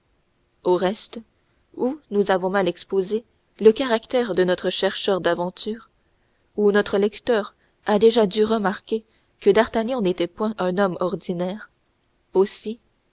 au reste ou nous avons mal exposé le caractère de notre chercheur d'aventures ou notre lecteur a déjà dû remarquer que d'artagnan n'était point un homme ordinaire aussi